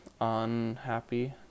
unhappy